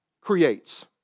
creates